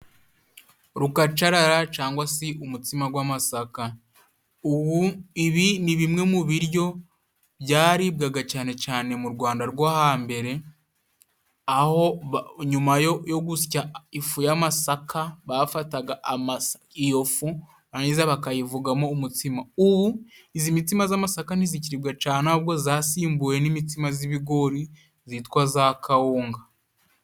Rukacarara cyangwa se umutsima gw'amasaka. ibi ni bimwe mu biryo byaribwaga cyane cyane mu Rwanda rwo hambere aho nyuma yo gusya ifu y'amasaka bafataga iyo fu barangiza bakayivugamo umutsima. Nk'ubu izi mitsima z'amasaka n'izikiribwa cyane ubwo zasimbuwe n'imitsima z'ibigori zitwa za kawunga.